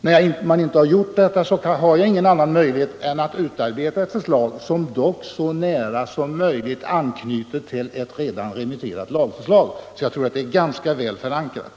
När man inte gjort det har jag ingen annan möjlighet än att utarbeta ett förslag som dock så nära som möjligt anknyter till ett redan remitterat lagförslag. Mitt förslag bör alltså vara ganska väl förankrat.